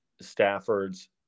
Staffords